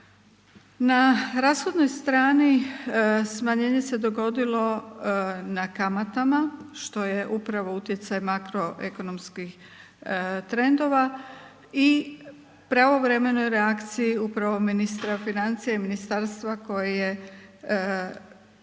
Na rashodnoj strani smanjenje se dogodilo na kamatama što je upravo utjecaj makroekonomskih trendova i pravovremenoj reakciji upravo ministra financija i ministarstva koje je